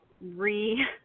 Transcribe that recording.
re